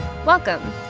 Welcome